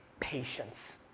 patience.